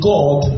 God